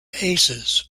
aces